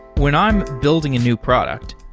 when i'm building a new product,